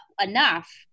enough